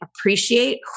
appreciate